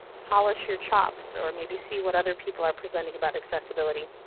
polish your chops or maybe see what other people are presenting about accessibility?